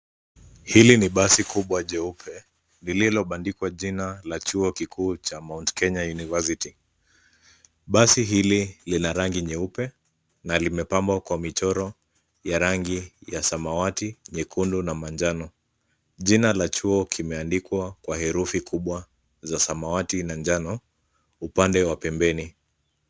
Hili ni basi kubwa jeupe lililobandikwa jina la chuo kikuu cha Mount Kenya University. Basi hili lina rangi nyeupe na limepambwa kwa michoro ya rangi ya samawati, nyekundu na manjano. Jina la chuo kimeandikwa kwa herufi kubwa za samawati na njano upande wa pembeni.